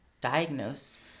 diagnosed